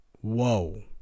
Whoa